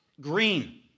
green